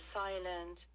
silent